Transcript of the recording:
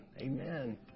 amen